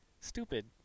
stupid